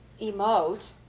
emote